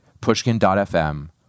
pushkin.fm